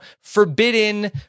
forbidden